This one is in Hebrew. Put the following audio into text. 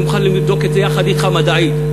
אני מוכן לבדוק את זה יחד אתך, מדעית.